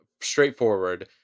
straightforward